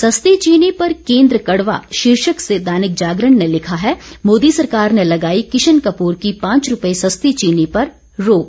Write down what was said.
सस्ती चीनी पर केन्द्र कड़वा शीर्षक से दैनिक जागरण ने लिखा है मोदी सरकार ने लगाई किशन कपूर की पांच रूपये सस्ती चीनी पर रोक